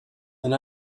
and